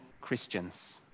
Christians